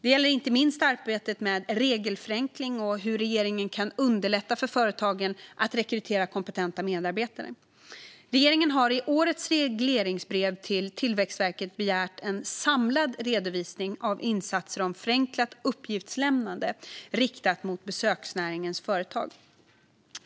Det gäller inte minst arbetet med regelförenkling och hur regeringen kan underlätta för företagen att rekrytera kompetenta medarbetare. Regeringen har i årets regleringsbrev till Tillväxtverket begärt en samlad redovisning av insatser om förenklat uppgiftslämnande riktat mot besöksnäringens företag.